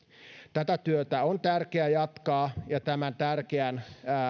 tätä työtä on tärkeä jatkaa ja tämän tärkeän